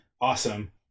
awesome